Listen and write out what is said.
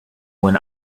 when